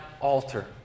altar